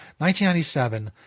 1997